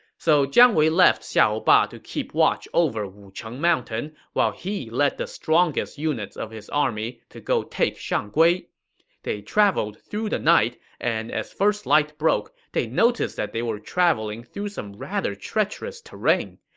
so jiang wei left xiahou ba to keep watch over wucheng mountain while he led the strongest units of his army to go take shanggui. they traveled through the night, and as first light broke, they noticed that they were traveling through some rather treacherous terrain.